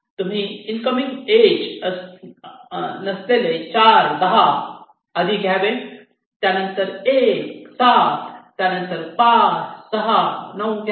तुम्ही इनकमिंग इज असलेले नसलेले 4 10 आधी घ्यावे त्यानंतर 1 7 त्यानंतर 5 6 9 घ्यावे